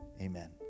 amen